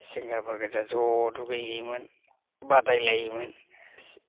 सेंग्राफोर गोजा ज' दुगैहैयोमोन बादायलायोमोन